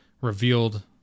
revealed